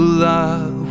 love